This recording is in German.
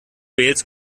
wales